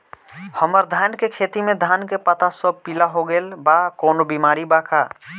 हमर धान के खेती में धान के पता सब पीला हो गेल बा कवनों बिमारी बा का?